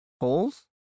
Holes